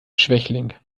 schwächling